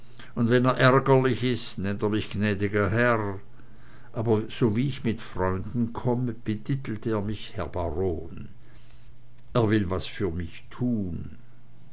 und wenn er ärgerlich ist nennt er mich gnäd'ger herr aber sowie ich mit fremden komme betitelt er mich herr baron er will was für mich tun